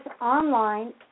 online